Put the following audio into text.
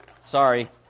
Sorry